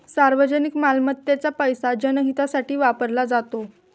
सार्वजनिक मालमत्तेचा पैसा जनहितासाठी वापरला जातो